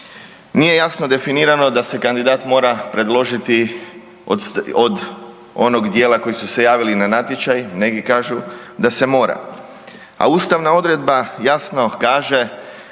Nije jasno definirano da se kandidat mora predložiti od onog djela koji su se javili na natječaj, neki kažu da se mora. A ustavna odredba jasno kaže